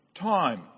time